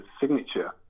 signature